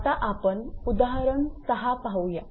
तर आता आपण उदाहरण 6 पाहूया